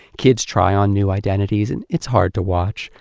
kids try on new identities, and it's hard to watch,